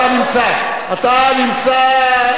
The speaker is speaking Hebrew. אתה נמצא, אתה נמצא.